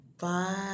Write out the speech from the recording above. Bye